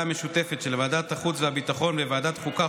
המשותפת של ועדת החוץ והביטחון וועדת החוקה,